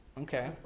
okay